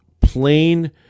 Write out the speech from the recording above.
plain